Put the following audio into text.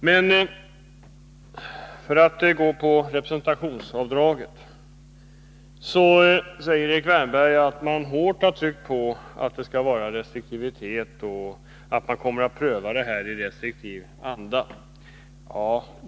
Vad beträffar representationsavdragen säger Erik Wärnberg att man hårt har tryckt på att prövningen skall ske i restriktiv anda.